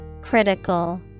Critical